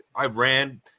Iran